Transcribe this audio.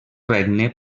regne